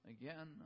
Again